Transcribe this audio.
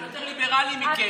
אנחנו יותר ליברלים מכם.